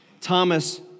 Thomas